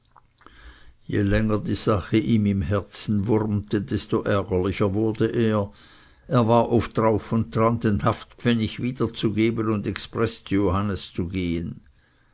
je länger die sache ihm im herzen wurmte desto ärgerlicher wurde er er war oft darauf und daran den haftpfennig wiederzugeben und expreß zu johannes zu gehen